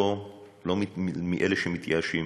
לא מאלה שמתייאשים,